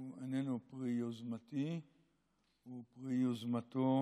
פרי יוזמתי ויוזמתו